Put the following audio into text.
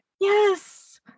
Yes